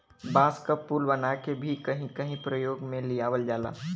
बांस क पुल बनाके भी कहीं कहीं परयोग में लियावल जाला